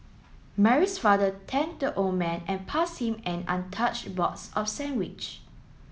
Mary's father thanked the old man and passed him an untouched box of sandwich